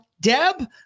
Deb